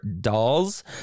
dolls